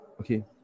okay